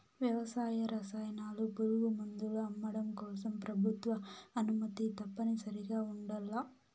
వ్యవసాయ రసాయనాలు, పురుగుమందులు అమ్మడం కోసం ప్రభుత్వ అనుమతి తప్పనిసరిగా ఉండల్ల